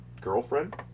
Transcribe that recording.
Girlfriend